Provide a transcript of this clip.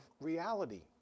reality